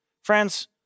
Friends